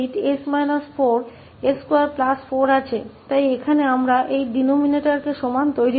ठीक है तो इस आंशिक भिन्न में जाने पर हमारे पास यह 3s2 28s24 है इसलिए यहाँ भी हम इस denominator को बराबर बनाते हैं